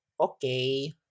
okay